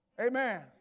Amen